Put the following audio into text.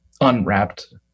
unwrapped